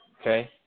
okay